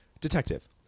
Detective